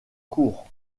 cours